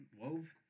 wove